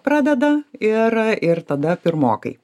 pradeda ir ir tada pirmokai